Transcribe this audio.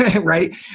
Right